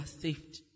saved